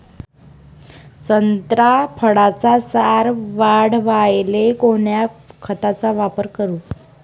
संत्रा फळाचा सार वाढवायले कोन्या खताचा वापर करू?